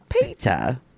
Peter